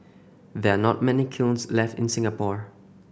there are not many kilns left in Singapore